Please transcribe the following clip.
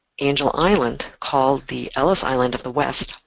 angel island, called the ellis island of the west,